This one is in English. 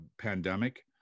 pandemic